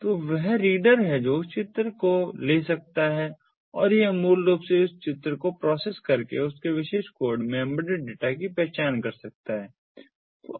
तो वह रीडर है जो उस चित्र को ले सकता है और यह मूल रूप से उस चित्र को प्रोसेस करके उस विशेष कोड में एम्बेडेड डेटा की पहचान कर सकता है